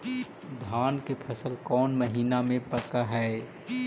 धान के फसल कौन महिना मे पक हैं?